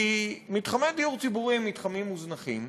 כי מתחמי דיור ציבורי הם מתחמים מוזנחים,